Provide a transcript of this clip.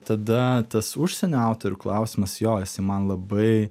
tada tas užsienio autorių klausimas jo jisai man labai